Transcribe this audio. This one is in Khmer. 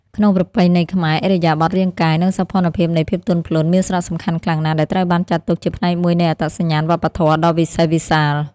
ក្នុងប្រពៃណីខ្មែរ ឥរិយាបថរាងកាយ និងសោភ័ណភាពនៃភាពទន់ភ្លន់ មានសារៈសំខាន់ខ្លាំងណាស់ ដែលត្រូវបានចាត់ទុកជាផ្នែកមួយនៃអត្តសញ្ញាណវប្បធម៌ដ៏វិសេសវិសាល។